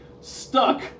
stuck